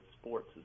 sports